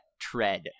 tread